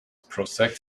protect